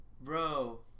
Bro